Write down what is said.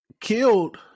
killed